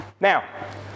Now